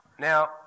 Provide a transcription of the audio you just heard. Now